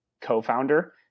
co-founder